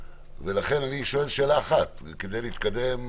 לכן אני שואל שאלה אחת כדי להתקדם.